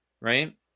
right